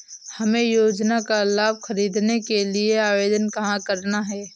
हमें योजना का लाभ ख़रीदने के लिए आवेदन कहाँ करना है?